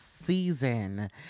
season